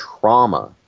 trauma